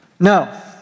No